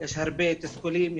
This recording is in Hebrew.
יש הרבה תסכולים,